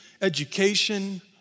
education